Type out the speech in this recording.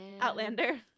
Outlander